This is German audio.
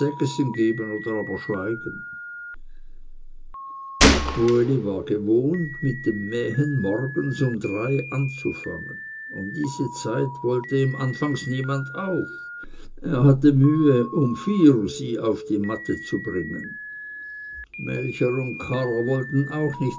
geben oder aber schweigen uli war gewohnt mit dem mähen morgens um drei anzufangen um diese zeit wollte ihm anfangs niemand auf er hatte mühe um vier sie auf die matte zu bringen melcher und karrer wollten auch nicht